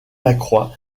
lacroix